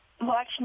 watch